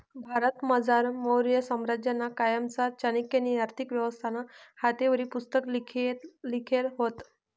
भारतमझार मौर्य साम्राज्यना कायमा चाणक्यनी आर्थिक व्यवस्थानं हातेवरी पुस्तक लिखेल व्हतं